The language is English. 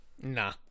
Nah